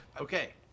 Okay